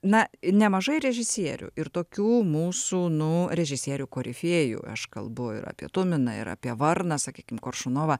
na nemažai režisierių ir tokių mūsų nu režisierių korifėjų aš kalbu ir apie tuminą ir apie varną sakykim koršunovą